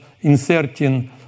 inserting